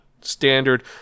standard